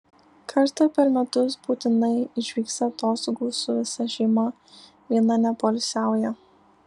kartą per metus būtinai išvyksta atostogų su visa šeima viena nepoilsiauja